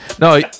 no